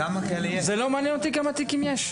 זה לא מעניין אותי כמה תיקים יש.